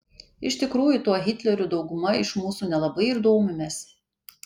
iš tikrųjų tuo hitleriu dauguma iš mūsų nelabai ir domimės